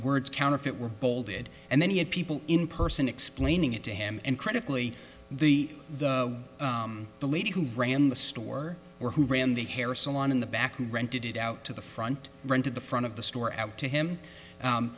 words counterfeit were bolded and then he had people in person explaining it to him and critically the the lady who ran the store or who ran the hair salon in the back and rented it out to the front run to the front of the store out to him